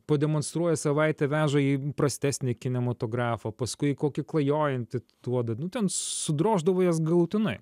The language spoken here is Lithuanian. pademonstruoja savaitę veža į prastesnį kinematografą paskui į kokį klajojantį duoda nu ten sudroždavo jas galutinai